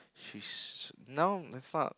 she's no it's not